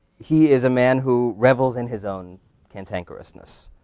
he is a man who revels in his own cantankerousness.